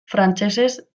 frantsesez